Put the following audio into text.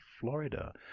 florida